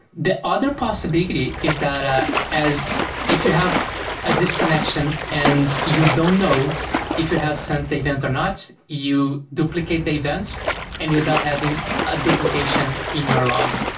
the other possibility is that ah if you have a disconnection and you don't know if you have sent the event or not, you duplicate the events and you end up having a duplication in your log.